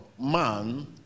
man